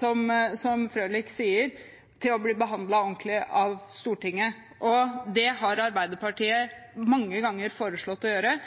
som Frølich sier, rett til å bli behandlet ordentlig av Stortinget, og det har Arbeiderpartiet mange ganger foreslått å gjøre.